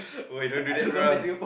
oh I don't do that bro